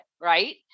right